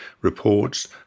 reports